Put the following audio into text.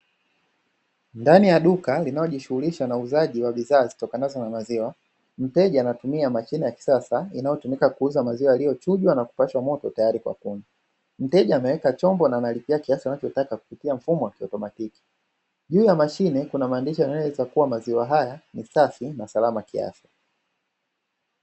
Ndani ya duka linalojishughulisha na uuzaji wa bidhaa zitokanazo na maziwa, mteja anatumia mashine ya kisasa; inayotumika kuuza maziwa yaliyochujwa na kupashwa moto tayari kwa kunywa. Mteja ameweka chombo na analipia kiasi anachotaka kupitia mfumo wa kiautomatiki. Juu ya mashine kuna maandishi, yanayoeleza kuwa maziwa haya ni safi na salama kiafya.